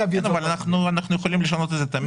אנחנו יכולים לשנות את זה תמיד.